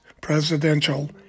presidential